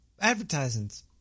advertisements